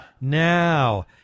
now